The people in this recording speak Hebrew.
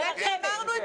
מרחמת,